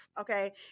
Okay